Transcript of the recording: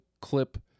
clip